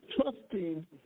trusting